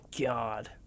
God